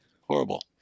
horrible